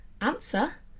answer